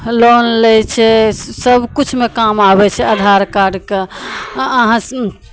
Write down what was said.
loan लै छै सबकिछु मे काम आबय छै आधार कार्डके आओर अहाँ सुनू